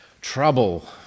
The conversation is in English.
Trouble